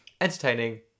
entertaining